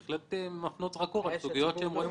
בהחלט מפנות זרקור על סוגיות שהם רואים